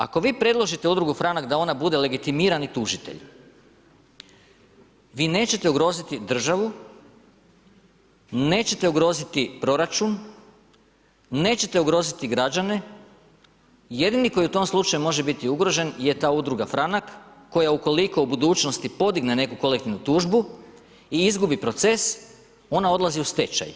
Ako vi predložite Udrugu Franak da ona bude legitimirani tužitelj vi nećete ugroziti državu, nećete ugroziti proračun, nećete ugroziti građane, jedini koji u tom slučaju može biti ugrožen je ta udruga Franak, koja ukoliko u budućnosti podigne neku kolektivnu tužbu i izgubi proces, ona odlazi u stečaj.